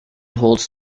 holds